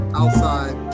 outside